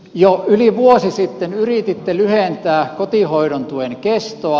jo yli vuosi sitten yrititte lyhentää kotihoidon tuen kestoa